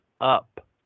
up